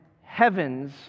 heaven's